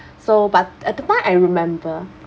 so but at the time I remember